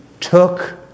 took